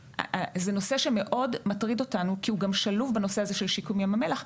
זה נושא שמאוד מטריד אותנו כי הוא גם שלוב בנושא הזה של שיקום ים המלח,